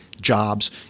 jobs